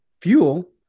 fuel